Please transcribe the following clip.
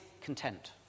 content